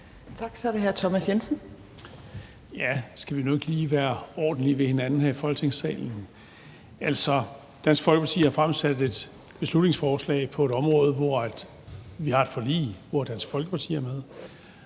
Kl. 13:09 Thomas Jensen (S): Skal vi nu ikke lige være ordentlige ved hinanden her i Folketingssalen? Dansk Folkeparti har fremsat et beslutningsforslag på et område, hvor vi har et forlig, hvor Dansk Folkeparti er med,